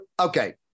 okay